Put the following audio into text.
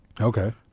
Okay